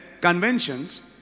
conventions